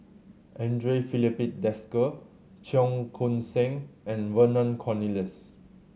Andre Filipe Desker Cheong Koon Seng and Vernon Cornelius